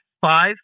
five